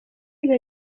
для